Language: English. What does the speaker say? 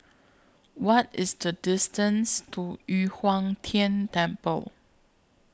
What IS The distance to Yu Huang Tian Temple